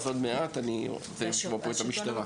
אז עוד מעט, אני רוצה לשמוע פה את המשטרה.